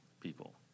people